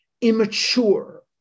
immature